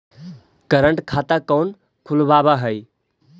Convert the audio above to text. current खाता कौन खुलवावा हई